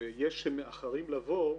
ויש שמאחרים לבוא,